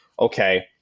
okay